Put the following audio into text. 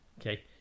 okay